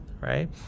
right